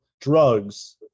drugs